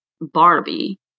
Barbie